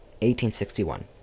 1861